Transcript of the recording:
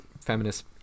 feminist